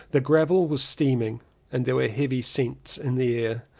the gravel was steaming and there were heavy scents in the air.